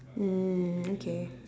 mm okay